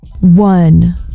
One